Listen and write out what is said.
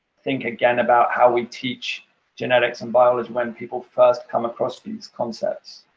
think again about how we teach genetics and biology when people first come across these concepts?